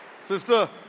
Sister